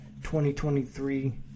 2023